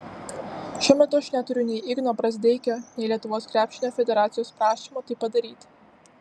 šiuo metu aš neturiu nei igno brazdeikio nei lietuvos krepšinio federacijos prašymo tai padaryti